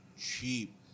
cheap